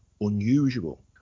unusual